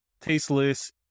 tasteless